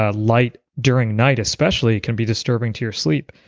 ah light during night especially, can be disturbing to your sleep,